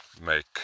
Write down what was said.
make